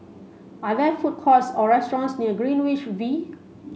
are there food courts or restaurants near Greenwich V